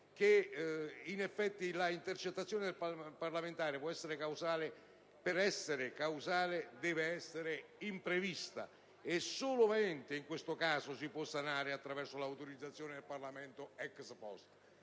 del 2007. L'intercettazione del parlamentare - dicevo prima - per essere casuale deve essere imprevista, e solamente in questo caso si può sanare attraverso l'autorizzazione del Parlamento fornita